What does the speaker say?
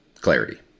clarity